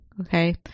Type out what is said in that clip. Okay